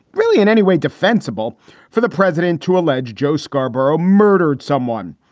really in any way defensible for the president to allege. joe scarborough murdered someone.